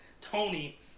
Tony